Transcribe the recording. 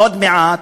עוד מעט,